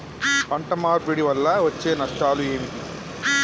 పంట మార్పిడి వల్ల వచ్చే నష్టాలు ఏమిటి?